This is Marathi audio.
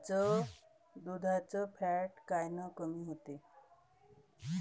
दुधाचं फॅट कायनं कमी होते?